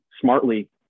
smartly